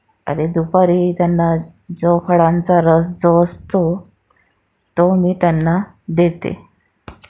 आणि दुपारी त्यांना जो फळांचा रस जो असतो तो मी त्यांना देते